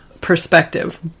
perspective